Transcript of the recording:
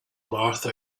martha